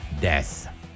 Death